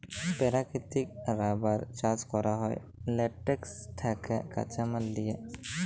পেরাকিতিক রাবার চাষ ক্যরা হ্যয় ল্যাটেক্স থ্যাকে কাঁচা মাল লিয়ে